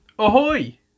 Ahoy